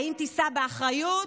האם תישא באחריות?